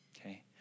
okay